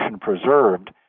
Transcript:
preserved